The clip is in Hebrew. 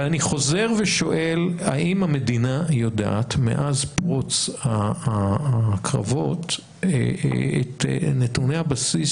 אבל אני חוזר ושואל האם המדינה יודעת מאז פרוץ הקרבות את נתוני הבסיס